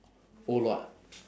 orh lua